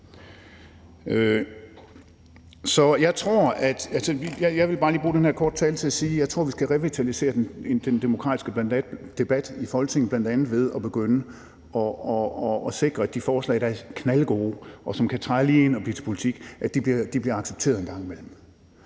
jeg vil bare lige bruge den her korte tale til at sige, at jeg tror, vi skal revitalisere den demokratiske debat i Folketinget, bl.a. ved at begynde at sikre, at de forslag, der er knaldgode, og som kan træde lige ind og blive til politik, bliver accepteret en gang imellem.